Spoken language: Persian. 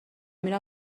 میرم